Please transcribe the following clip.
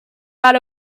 out